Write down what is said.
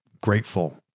grateful